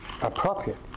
appropriate